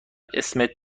اسمت